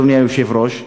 אדוני היושב-ראש,